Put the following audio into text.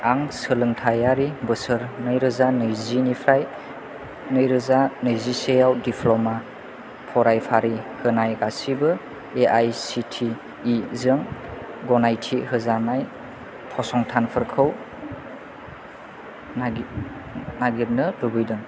आं सोलोंथायारि बोसोर नैरोजा नैजिनिफ्राय नैरोजा नैजिसेआव दिप्ल'मा फरायफारि होनाय गासैबो एआइसिटिइ जों गनायथि होजानाय फसंथानफोरखौ नागिरनो लुबैदों